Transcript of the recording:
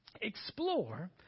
Explore